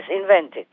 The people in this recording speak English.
invented